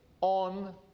on